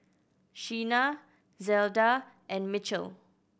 Shena Zelda and Mitchell